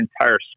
entire